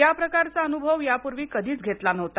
या प्रकारचा अनुभव यापूर्वी कधीच घेतला नव्हता